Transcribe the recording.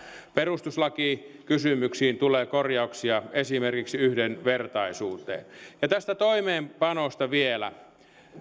perustuslakikysymyksiin tulee korjauksia esimerkiksi yhdenvertaisuuteen tästä toimeenpanosta vielä